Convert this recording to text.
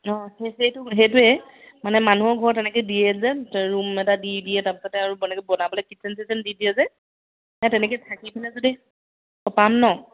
অঁ সেইটো সেইটোৱে মানে মানুহৰ ঘৰত তেনেকৈ দিয়ে যে ৰুম এটা দি দিয়ে তাৰপিছতে আৰু এনেকৈ বনাবলৈ কিটচেন চিটচেন দি দিয়ে যে তেনেকৈ থাকি পিনে যদি পাম ন